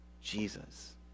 Jesus